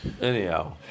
Anyhow